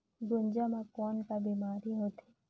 गुनजा मा कौन का बीमारी होथे?